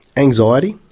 anxiety,